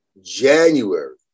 January